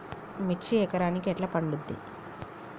మిర్చి ఎకరానికి ఎట్లా పండుద్ధి?